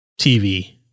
TV